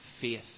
faith